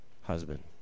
husband